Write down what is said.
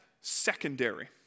secondary